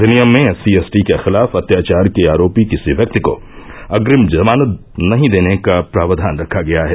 अधिनियम में SC ST के खिलाफ अत्याचार के आरोपी किसी व्यक्ति को अग्रिम जमानत नहीं देने का प्रावधान रखा गया है